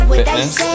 fitness